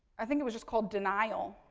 i think it was just called denial,